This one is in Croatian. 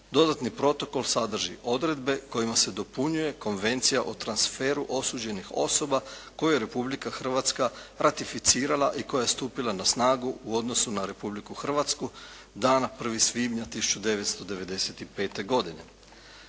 Dodatni protokol sadrži odredbe kojima se dopunjuje Konvencija o transferu osuđenih osoba koje je Republika Hrvatska ratificira i koja je stupila na snagu u odnosu na Republiku Hrvatsku dana 1. svibnja 1995. godine.